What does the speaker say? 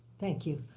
thank you.